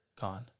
gone